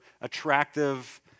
attractive